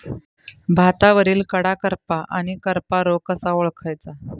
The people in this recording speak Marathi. भातावरील कडा करपा आणि करपा रोग कसा ओळखायचा?